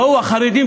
בואו החרדים,